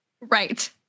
Right